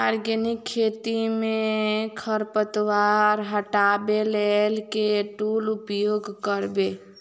Organic खेती मे खरपतवार हटाबै लेल केँ टूल उपयोग करबै?